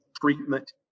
treatment